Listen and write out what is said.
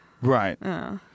Right